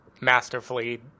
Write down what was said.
masterfully